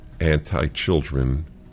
anti-children